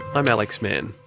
i'm alex mann.